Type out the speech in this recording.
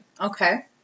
Okay